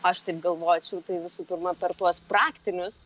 aš taip galvočiau tai visų pirma per tuos praktinius